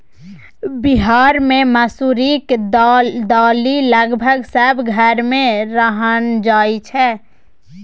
बिहार मे मसुरीक दालि लगभग सब घर मे रान्हल जाइ छै